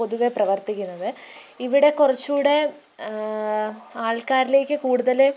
പൊതുവെ പ്രവർത്തിക്കുന്നത് ഇവിടെ കുറച്ചുകൂടെ ആൾക്കാരിലേക്ക് കൂടുതല്